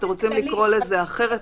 אתם רוצים לקרוא לזה אחרת?